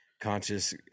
conscious